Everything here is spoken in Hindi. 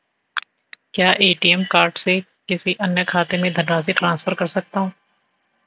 क्या ए.टी.एम कार्ड से किसी अन्य खाते में धनराशि ट्रांसफर कर सकता हूँ?